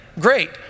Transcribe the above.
great